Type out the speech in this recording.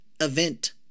event